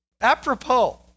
apropos